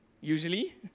Usually